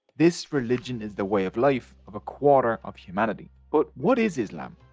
this religion is the way of life of a quarter of humanity. but what is islam,